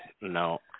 no